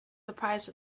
surprised